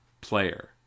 player